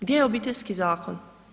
Gdje je Obiteljski zakon?